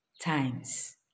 times